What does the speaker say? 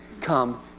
come